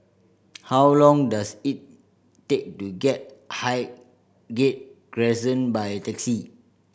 how long does it take to get Highgate Crescent by taxi